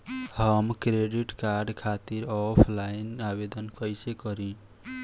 हम credit card खातिर offline आवेदन कइसे करि?